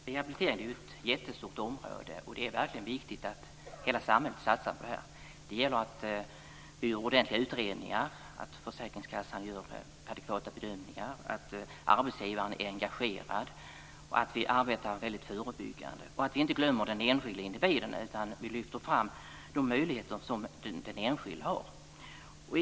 Fru talman! Rehabilitering är ett jättestort område och det är verkligen viktigt att hela samhället satsar på detta. Det gäller att vi gör ordentliga utredningar, att försäkringskassan gör adekvata bedömningar, att arbetsgivaren är engagerad, att vi arbetar mycket förebyggande och att vi inte glömmer den enskilde individen utan lyfter fram de möjligheter som den enskilde har.